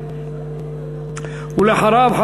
ואחריו,